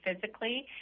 physically